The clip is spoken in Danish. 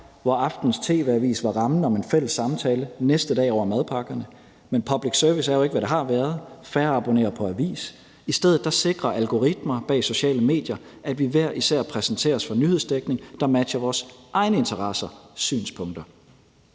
hvor aftenens tv-avis var rammen om en fælles samtale næste dag over madpakkerne, men public service er jo ikke, hvad det har været. Færre abonnerer på avis. I stedet sikrer algoritmer bag sociale medier, at vi hver især præsenteres for en nyhedsdækning, der matcher vores egne interesser og synspunkter.